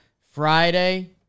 Friday